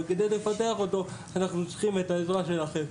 אבל כדי לפתח אותו, אנחנו צריכים את העזרה שלכם.